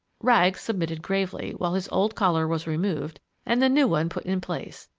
rags submitted gravely while his old collar was removed and the new one put in place,